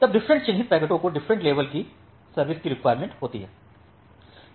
अब डिफरेंट चिह्नित पैकेटों को डिफरेंट लेवल की सर्विस की रिक्वायरमेंट होती है